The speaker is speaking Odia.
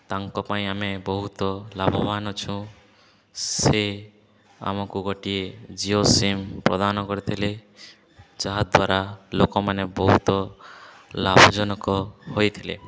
ତାଙ୍କ ପାଇଁ ଆମେ ବହୁତ ଲାଭବାନ ଅଛୁଁ ସେ ଆମକୁ ଗୋଟିଏ ଜିଓ ସିମ୍ ପ୍ରଦାନ କରିଥିଲେ ଯାହା ଦ୍ୱାରା ଲୋକମାନେ ବହୁତ ଲାଭଜନକ ହୋଇଥିଲେ